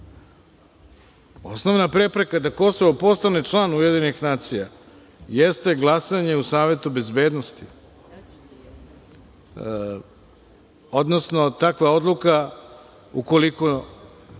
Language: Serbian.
Osnovna prepreka da Kosovo postane član UN jeste glasanje u Savetu bezbednosti, odnosno, takva odluka, ukoliko